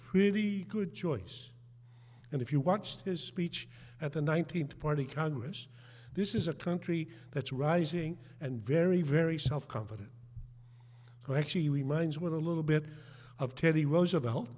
pretty good choice and if you watched his speech at the nineteenth party congress this is a country that's rising and very very self confident who actually reminds one a little bit of teddy roosevelt